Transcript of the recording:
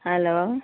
hello